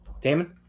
Damon